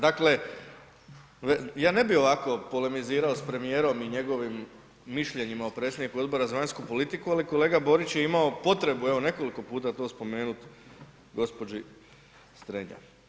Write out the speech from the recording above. Dakle, ja ne bih ovako polemizirao s premijerom i njegovim mišljenjima o predsjedniku Odbora za vanjsku politiku ali kolega Borić je imao potrebu nekoliko puta to spomenuti gospođi Strenja.